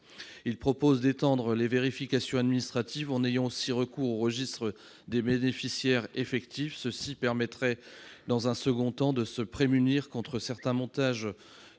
prévoit d'étendre les vérifications administratives en permettant également la consultation du registre des bénéficiaires effectifs. Cela permettrait, dans un second temps, de se prémunir contre certains montages